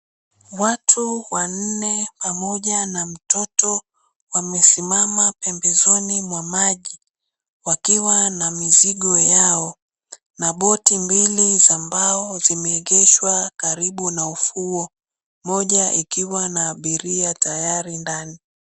Watu wanne pamoja na mtoto wamesimama pembezoni mwa maji, wakiwa na mizingo yao na boat mbili za bao zimeengeshwa karibu na ufuo, moja ikiwa na abiria tayari ndani.